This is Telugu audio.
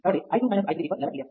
కాబట్టి i 2 i 3 11 mA